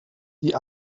die